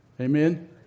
Amen